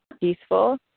peaceful